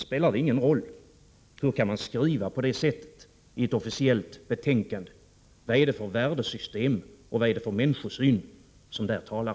Hur kan man skriva på det sättet i ett officiellt betänkande? Vad är det för värdesystem och för människosyn som där talar?